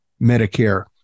Medicare